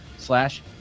slash